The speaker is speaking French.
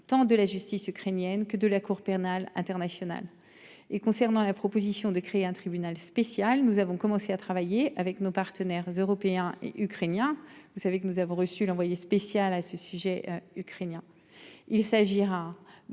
tant de la justice ukrainienne que de la Cour pénale internationale. Et concernant la proposition de créer un tribunal spécial. Nous avons commencé à travailler avec nos partenaires européens et ukrainiens. Vous savez que nous avons reçu l'envoyé spécial à ce sujet ukrainien. Il s'agira.